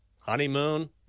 Honeymoon